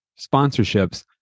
sponsorships